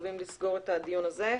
מתקרבים לסגור את הדיון הזה,